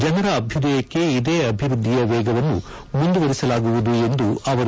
ಜನರ ಅಭ್ಯದಯಕ್ಕೆ ಇದೇ ಅಭಿವೃದ್ಧಿಯ ವೇಗವನ್ನು ಮುಂದುವರೆಸಲಾಗುವುದು ಎಂದರು